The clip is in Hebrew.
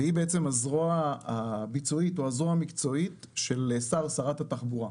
היא הזרוע הביצועית או הזרוע המקצועית של שר/ת התחבורה.